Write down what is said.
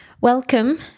Welcome